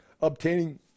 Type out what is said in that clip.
obtaining